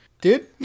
Dude